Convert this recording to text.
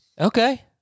Okay